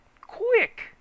quick